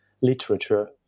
literature